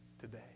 today